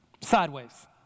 sideways